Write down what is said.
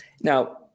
Now